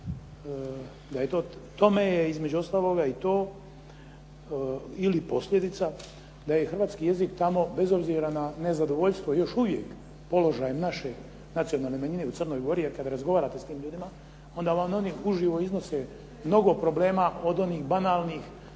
razlog tome je između ostaloga i to ili posljedica da je hrvatski jezik tamo bez obzira na nezadovoljstvo još uvijek položaja naše nacionalne manjine u Crnoj Gori a kada razgovarate s tim ljudima onda vam oni u živo iznose mnogo problema od onih banalnih,